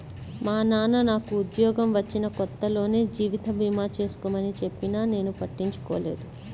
మా నాన్న నాకు ఉద్యోగం వచ్చిన కొత్తలోనే జీవిత భీమా చేసుకోమని చెప్పినా నేను పట్టించుకోలేదు